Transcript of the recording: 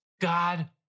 God